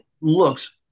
looks